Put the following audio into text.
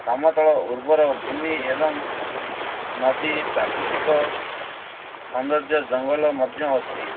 ସମତଳ ଉର୍ବର ଭୂମି ଏବଂ ନଦୀ ପ୍ରାକୃତିକ ସୌନ୍ଦର୍ଯ୍ୟ ଜଙ୍ଗଲ ମଧ୍ୟ ଅଛି